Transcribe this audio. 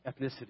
ethnicity